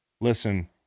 Listen